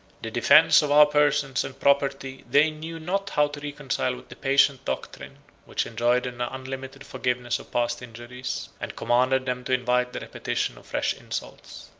the defence of our persons and property they knew not how to reconcile with the patient doctrine which enjoined an unlimited forgiveness of past injuries, and commanded them to invite the repetition of fresh insults.